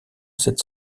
cède